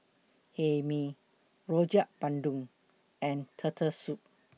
Hae Mee Rojak Bandung and Turtle Soup